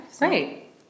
Right